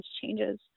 changes